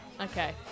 Okay